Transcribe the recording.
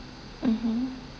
mmhmm